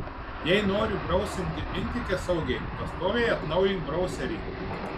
jei nori brausinti intike saugiai pastoviai atnaujink brauserį